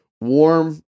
warm